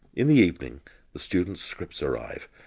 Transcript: in the evening the students' scripts arrive.